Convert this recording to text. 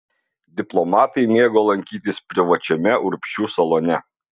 diplomatai mėgo lankytis privačiame urbšių salone